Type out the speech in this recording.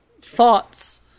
thoughts